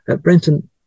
Brenton